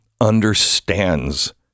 understands